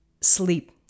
sleep